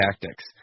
tactics